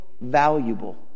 valuable